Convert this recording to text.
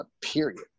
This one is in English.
period